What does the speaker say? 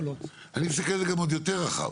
אני מסתכל על זה עוד יותר רחב,